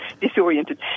disoriented